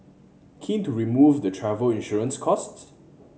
keen to remove the travel insurance costs